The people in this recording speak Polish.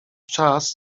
czas